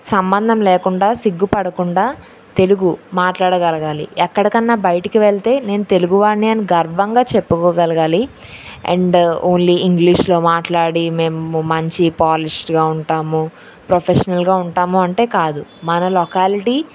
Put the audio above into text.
సంబంధం లేకుండా సిగ్గు పడకుండా తెలుగు మాట్లాడగలగాలి ఎక్కడికైనా బయటికి వెళితే నేను తెలుగు వాడిని అని గర్వంగా చెప్పుకోగలగాలి అండ్ ఓన్లీ ఇంగ్లీష్లో మాట్లాడి మేము మంచి పాలిష్డ్గా ఉంటాము ప్రొఫెషనల్గా ఉంటాము అంటే కాదు మన లొకాలిటీ